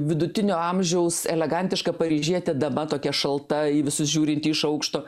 vidutinio amžiaus elegantiška paryžietė dama tokia šalta į visus žiūrinti iš aukšto